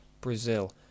Brazil